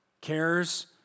cares